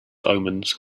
omens